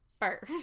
fur